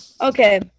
Okay